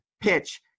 PITCH